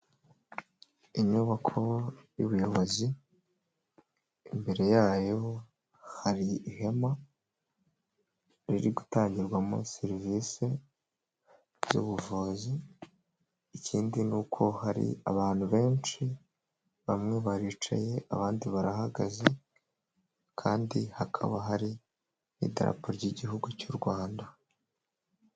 Inyubako y'ubuyobozi, imbere yayo hari ihema riri gutangirwamo serivisi z'ubuvuzi. ikindi ni uko hari abantu benshi, bamwe baricaye, abandi barahagaze, kandi hakaba hari n'idarapo ry'igihugu cy'u Rwanda.